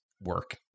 work